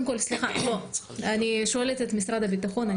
אני שואלת את משרד הביטחון,